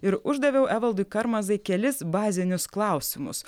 ir uždaviau evaldui karmazai kelis bazinius klausimus